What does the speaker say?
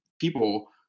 people